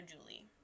Julie